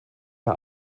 der